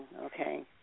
okay